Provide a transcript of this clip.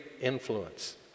influence